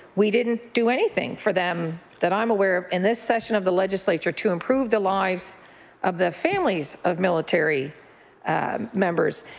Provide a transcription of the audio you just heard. we didn't do anything for them that i'm aware of in this session of the legislature to improve the lives of the families of military members,